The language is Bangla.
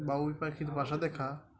বাবুই পাখির বাসা দেখা